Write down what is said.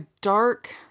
dark